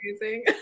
amazing